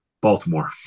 Baltimore